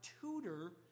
tutor